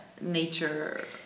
nature